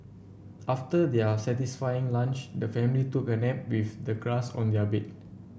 after their satisfying lunch the family took a nap with the grass on their bed